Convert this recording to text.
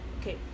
okay